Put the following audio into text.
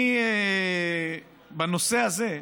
בנושא הזה,